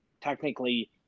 technically